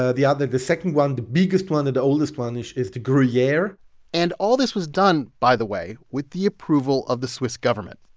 ah the other the second one, the biggest one and the oldest one is is the gruyere and all this was done, by the way, with the approval of the swiss government.